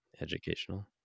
Educational